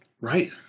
Right